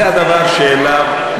זה הדבר שבצר,